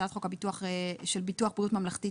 הצעת חוק הביטוח של ביטוח בריאות ממלכתי,